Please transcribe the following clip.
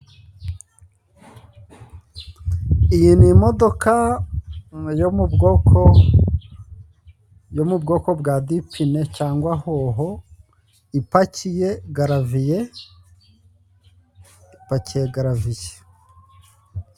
iyi ni imodoka yo mu bwoko ... yo mu bwoko bwa dipine cyangwa hoho ipakiye garaviye, ipakiye garaviye.